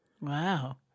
Wow